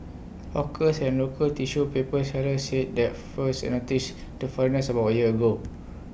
hawkers and local tissue paper sellers said that first they noticed the foreigners about A year ago